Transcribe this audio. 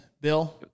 Bill